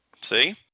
See